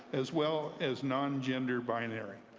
as well as non-gender binary